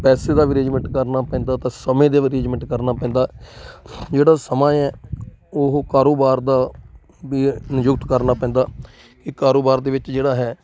ਪੈਸੇ ਦਾ ਵੀ ਅਰੇਜਮੈਂਟ ਕਰਨਾ ਪੈਂਦਾ ਤਾਂ ਸਮੇਂ ਦੇ ਅਰੇਜਮੈਂਟ ਕਰਨਾ ਪੈਂਦਾ ਜਿਹੜਾ ਸਮਾਂ ਹੈ ਉਹ ਕਾਰੋਬਾਰ ਦਾ ਵੀ ਨਿਯੁਕਤ ਕਰਨਾ ਪੈਂਦਾ ਕਿ ਕਾਰੋਬਾਰ ਦੇ ਵਿੱਚ ਜਿਹੜਾ ਹੈ